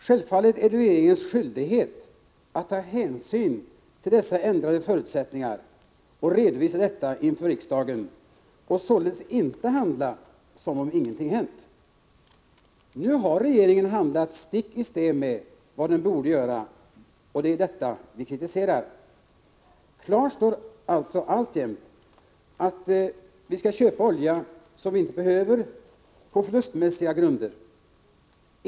Självfallet är det regeringens skyldighet att ta hänsyn till dessa förändrade förutsättningar och redovisa detta inför riksdagen och således inte handla som om ingenting hänt. Nu har regeringen handlat stick i stäv med vad den borde göra, och det är detta vi kritiserar. Klart står alltså alltjämt att vi skall köpa olja som vi inte behöver på förlustmässiga grunder.